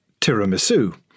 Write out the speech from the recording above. Tiramisu